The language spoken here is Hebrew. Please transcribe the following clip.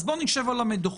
אז בואו נשב על המדוכה,